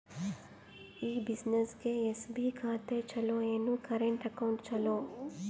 ಈ ಬ್ಯುಸಿನೆಸ್ಗೆ ಎಸ್.ಬಿ ಖಾತ ಚಲೋ ಏನು, ಕರೆಂಟ್ ಅಕೌಂಟ್ ಚಲೋ?